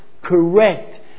correct